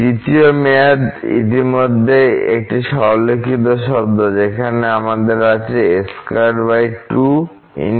দ্বিতীয় টার্মটি ইতিমধ্যেই একটি সরলীকৃত টার্ম যেটি আমাদের আছে a022